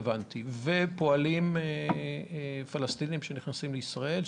ופועלים פלסטינים שנכנסים לישראל,